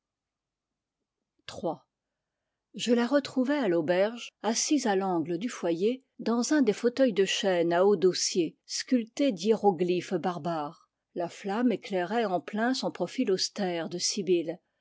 iii je la retrouvai à l'auberge assise à l angle du foyer dans un des fauteuils de chêne à haut dossier sculptés d'hiéroglyphes barbares la flamme éclairait en plein son profil austère de